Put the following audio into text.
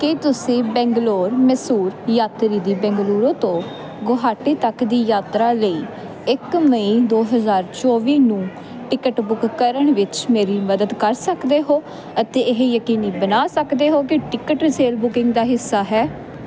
ਕੀ ਤੁਸੀਂ ਬੰਗਲੌਰ ਮੈਸੂਰ ਯਾਤਰੀ ਦੀ ਬੈਂਗਲੁਰੂ ਤੋਂ ਗੁਹਾਟੀ ਤੱਕ ਦੀ ਯਾਤਰਾ ਲਈ ਇੱਕ ਮਈ ਦੋ ਹਜ਼ਾਰ ਚੌਵੀ ਨੂੰ ਟਿਕਟ ਬੁੱਕ ਕਰਨ ਵਿੱਚ ਮੇਰੀ ਮਦਦ ਕਰ ਸਕਦੇ ਹੋ ਅਤੇ ਇਹ ਯਕੀਨੀ ਬਣਾ ਸਕਦੇ ਹੋ ਕਿ ਟਿਕਟ ਸੇਲ ਬੁਕਿੰਗ ਦਾ ਹਿੱਸਾ ਹੈ